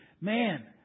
Man